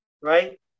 right